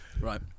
Right